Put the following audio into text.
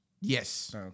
Yes